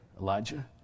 Elijah